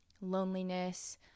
loneliness